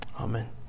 Amen